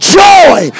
joy